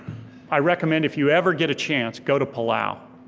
i recommend if you ever get a chance, go to palau.